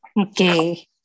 Okay